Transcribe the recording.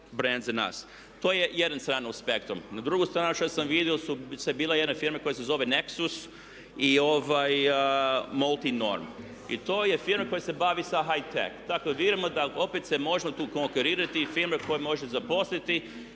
To je jedna strana aspekta. Na drugu stranu što sam vidio su bile jedne firme koje se zove Nexus firma i Molti Norm i to je firma koja se bavi …. Dakle vidimo da opet se može tu konkurirati i firme koje može zaposliti